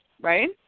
right